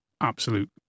absolute